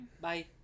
Bye